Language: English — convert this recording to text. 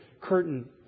curtain